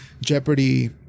Jeopardy